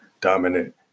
dominant